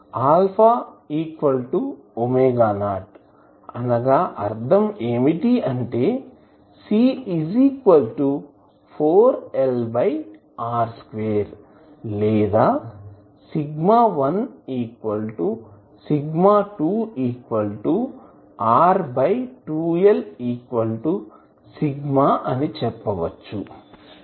α ⍵0 అర్ధం ఏమిటి అంటే C 4L R2 లేదా σ1 σ2 R 2L σ అని చెప్పవచ్చు